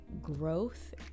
growth